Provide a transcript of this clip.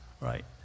Right